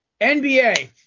NBA